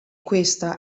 questa